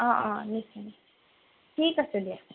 অ অ নিশ্চয় ঠিক আছে দিয়া